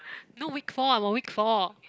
no week four I'm on week four